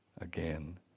again